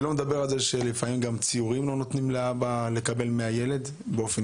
אני לא מדבר על זה שלפעמים לא נותנים לאבא לקבל ציורים מהילד באופן